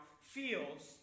feels